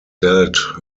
dealt